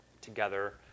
together